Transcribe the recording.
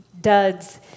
duds